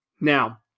Now